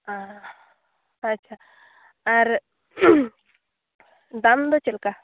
ᱟᱪᱪᱷᱟ ᱟᱨ ᱫᱟᱢ ᱫᱚ ᱪᱮᱫ ᱞᱮᱠᱟ